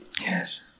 Yes